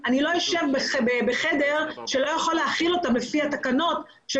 אני לא אשב בחדר שלא יכול להכיל אותם לפי התקנות של